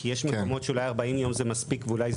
כי יש מקומות בהם אולי 40 יום זה מספיק ואולי זה